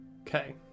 Okay